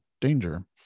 danger